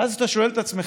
ואז אתה שואל את עצמך: